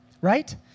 right